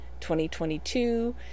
2022